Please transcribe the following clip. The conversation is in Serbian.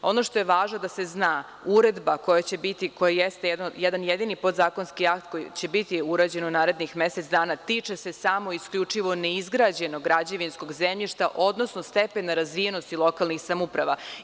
Ono što je važno da se zna, uredba koja će biti i koja jeste jedan jedini podzakonski akt koji će biti urađen u narednih mesec dana tiče se samo isključivo neizgrađenog građevinskog zemljišta, odnosno stepena razvijenosti lokalnih samouprava.